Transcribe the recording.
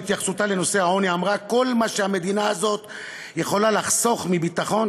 בהתייחסותה לנושא העוני אמרה: כל מה שהמדינה הזו יכולה לחסוך מביטחון,